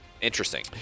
Interesting